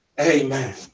Amen